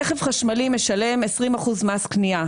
רכב חשמלי משלם 20% מס קנייה,